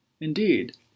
indeed